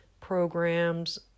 programs